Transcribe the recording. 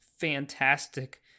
fantastic